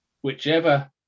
whichever